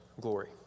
Glory